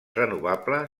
renovable